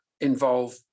involve